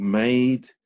made